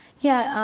yeah,